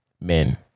men